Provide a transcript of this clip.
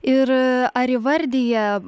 ir ar įvardija